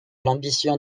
l’ambition